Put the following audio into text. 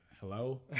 hello